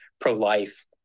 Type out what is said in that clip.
pro-life